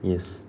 yes